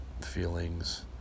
feelings